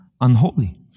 unholy